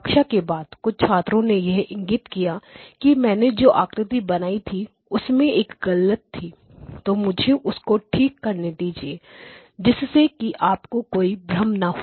कक्षा के बाद कुछ छात्रों ने यह इंगितकिया कि मैंने जो आकृति बनाई थी उसमें एक गलत थी तो मुझे उसको ठीक करने दीजिए जिससे कि आपको कोई भ्रम ना हो